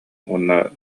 уонна